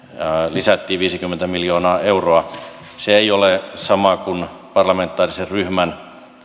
lisättiin viisikymmentä miljoonaa euroa se ei ole sama kuin parlamentaarisen ryhmän